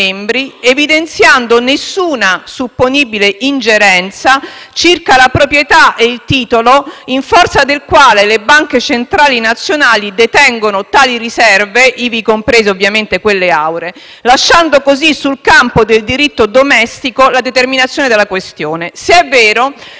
membri, evidenziando nessuna supponibile ingerenza circa la proprietà e il titolo in forza del quale le banche centrali nazionali detengono tali riserve, ivi comprese quelle auree, lasciando così sul campo del diritto domestico la determinazione della questione. Se ciò è vero,